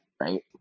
right